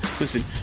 listen